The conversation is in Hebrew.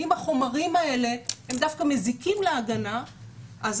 ואם החומרים האלה הם דווקא מזיקים להגנה אז